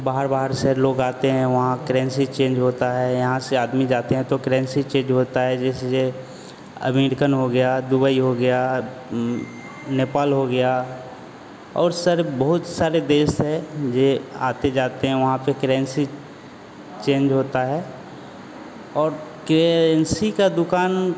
बाहर बाहर से लोग आते हैं वहाँ क्रेन्सी चेंज होता है यहाँ से आदमी जाते हैं तो क्रेन्सी चेंज होता है जैसे जो अमेरिकन हो गया दुबई हो गया नेपाल हो गया और सर बहुत सारे देश है जो आते जाते हैं वहाँ पर क्रेन्सी चेंज होता है और केएनसी की दुकान